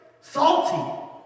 Salty